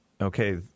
okay